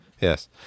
Yes